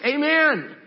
amen